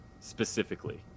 specifically